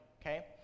Okay